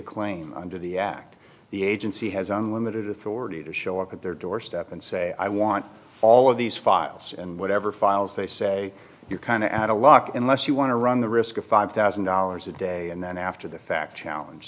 a claim under the act the agency has unlimited authority to show up at their doorstep and say i want all of these files and whatever files they say you kind of had a lock unless you want to run the risk of five thousand dollars a day and then after the fact challenge